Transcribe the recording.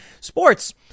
sports